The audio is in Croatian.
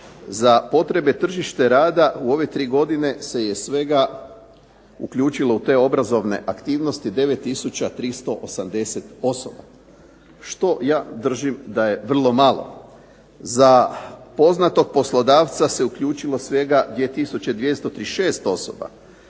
za potrebe tržišta rada u ove tri godine se je svega uključilo u te obrazovne aktivnosti 9380 osoba što ja držim da je vrlo malo. Za poznatog poslodavca se uključilo svega 2236 osoba,